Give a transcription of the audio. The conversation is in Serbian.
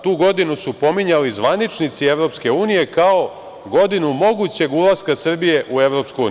Tu godinu su pominjali zvaničnici EU kao godinu mogućeg ulaska Srbije u EU.